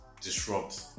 disrupt